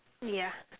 yeah